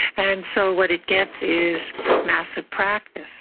and so what it gets is massive practice.